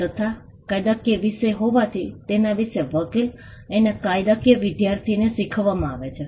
તથા કાયદાકીય વિષય હોવાથી તેના વિશે વકીલ અને કાયદાકીય વિદ્યાર્થીને શીખવવામાં આવે છે